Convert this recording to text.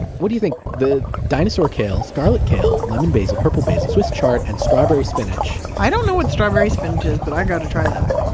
what do you think? the dinosaur kale, scarlet kale, lemon basil, purple basil swiss chard, and strawberry spinach i don't know what strawberry spinach is, but i got to try that.